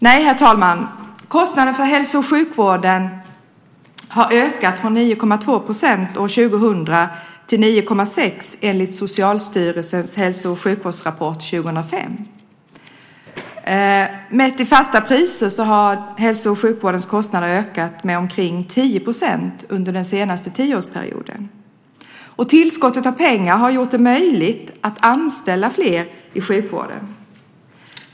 Nej, herr talman, kostnaderna för hälso och sjukvården har ökat från 9,2 % år 2000 till 9,6 % enligt Socialstyrelsens hälso och sjukvårdsrapport 2005. Mätt i fasta priser har hälso och sjukvårdens kostnader ökat med omkring 10 % under den senaste tioårsperioden. Tillskottet av pengar har gjort det möjligt att anställa fler i sjukvården.